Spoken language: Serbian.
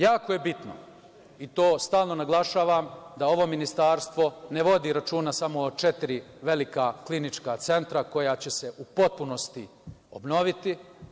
Jako je bitno, i to stalno naglašavam, da ovo ministarstvo ne vodi računa samo o četiri velika klinička centra, koja će se u potpunosti obnoviti.